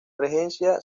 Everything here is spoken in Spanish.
regencia